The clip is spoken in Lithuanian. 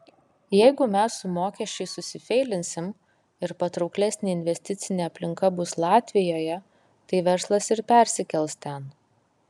jeigu mes su mokesčiais susifeilinsim ir patrauklesnė investicinė aplinka bus latvijoje tai verslas ir persikels ten